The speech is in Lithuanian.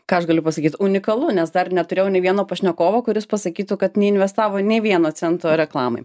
ką aš galiu pasakyt unikalu nes dar neturėjau nei vieno pašnekovo kuris pasakytų kad neinvestavo nė vieno cento reklamai